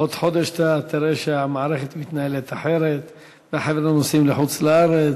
עוד חודש אתה תראה שהמערכת מתנהלת אחרת והחבר'ה נוסעים לחוץ-לארץ.